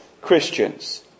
Christians